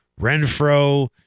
Renfro